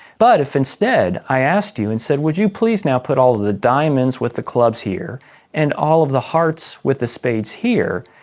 but if instead i asked you and said would you please now put all the diamonds with the clubs here and all the hearts with the spades here,